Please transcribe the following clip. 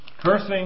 Cursing